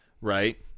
right